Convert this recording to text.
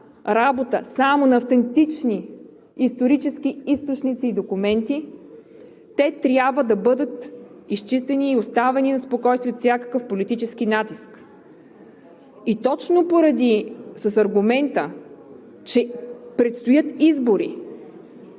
основана само на автентични исторически източници и документи, те трябва да бъдат изчистени и оставени на спокойствие от всякакъв политически натиск. И точно с аргумента, че предстоят избори,